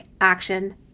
action